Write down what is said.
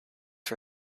for